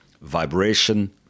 vibration